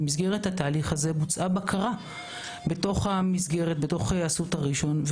במסגרת התהליך בוצעה בקרה בתוך אסותא ראשון,